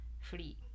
free